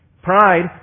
Pride